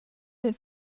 den